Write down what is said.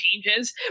changes